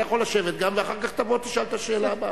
אתה יכול לשבת ואחר כך תבוא ותשאל את השאלה הבאה.